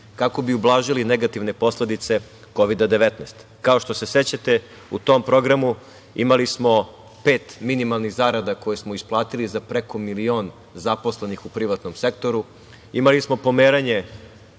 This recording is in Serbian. kako bi ublažili negativne posledice KOVID-a19.Kao što se sećate, u tom programu imali smo pet minimalnih zarada koje smo isplatili za preko miliona zaposlenih u privatnom sektoru. Imali smo pomeranje